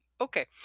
Okay